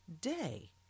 day